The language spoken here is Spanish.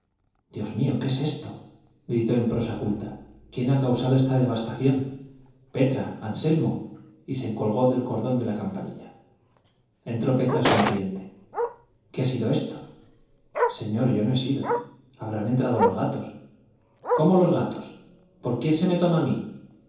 dios mío qué es esto gritó en prosa culta quién ha causado esta devastación petra anselmo y se colgó del cordón de la campanilla entró petra sonriente qué ha sido esto señor yo no he sido habrán entrado los gatos cómo los gatos por quién se me toma a mí